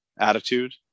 attitude